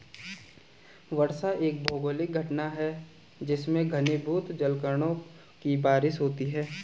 वर्षा एक भौगोलिक घटना है जिसमें घनीभूत जलकणों की बारिश होती है